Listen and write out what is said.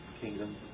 kingdom